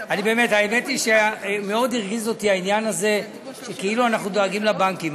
האמת היא שמאוד הרגיז אותי העניין הזה שכאילו אנחנו דואגים לבנקים.